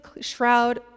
shroud